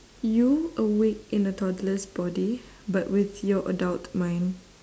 you awake in a toddler's body but with your adult mind